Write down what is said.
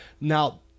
now